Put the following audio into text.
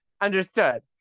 understood